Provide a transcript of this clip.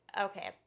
Okay